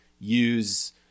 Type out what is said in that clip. use